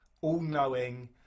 all-knowing